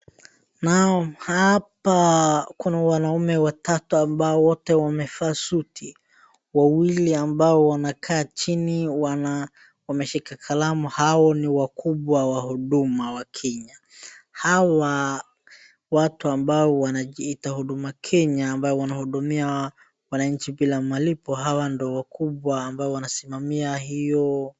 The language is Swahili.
Naam, hapa kuna wanaume watatu ambao wote wamevaa suti. Wawili ambao wanakaa chini wana wameshika kalamu hao ni wakubwa wa huduma wa kenya. Hawa watu ambao wanajiita huduma kenya ambao wanahudumia wananchi bila malipo hawa ndio wakubwa ambao wanasimamia hiyo.